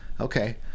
okay